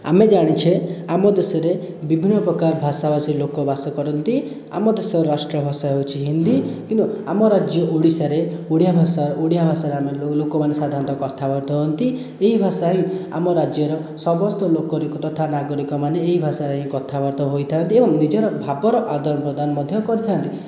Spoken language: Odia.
ଆମେ ଜାଣିଛେ ଆମ ଦେଶରେ ବିଭିନ୍ନ ପ୍ରକାର ଭାଷା ଭାଷୀ ଲୋକ ବାସ କରନ୍ତି ଆମ ଦେଶର ରାଷ୍ଟ୍ର ଭାଷା ହେଉଛି ହିନ୍ଦୀ କିନ୍ତୁ ଆମ ରାଜ୍ୟ ଓଡ଼ିଶାରେ ଓଡ଼ିଆ ଭାଷା ଓଡ଼ିଆ ଭାଷାରେ ଲୋକ ମାନେ ସାଧାରଣତଃ କଥାବାର୍ତ୍ତା ହୁଅନ୍ତି ଏହି ଭାଷା ହିଁ ଆମ ରାଜ୍ୟର ସମସ୍ତ ଲୋକରିଖ ତଥା ନାଗରିକ ମାନେ ଏହି ଭାଷାରେ ହିଁ କଥାବାର୍ତ୍ତା ହୋଇଥାନ୍ତି ଏବଂ ନିଜର ଭାବର ଆଦାନ ପ୍ରଦାନ ମଧ୍ୟ କରିଥାନ୍ତି